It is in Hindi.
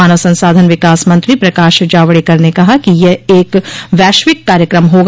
मानव संसाधन विकास मंत्री प्रकाश जावड़ेकर ने कहा कि ये एक वैश्विक कार्यक्रम होगा